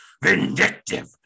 vindictive